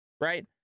Right